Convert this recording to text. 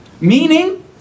Meaning